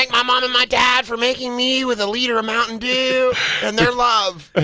and um um and my dad for making me with the leader of mountain dew and their love.